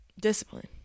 discipline